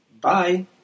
Bye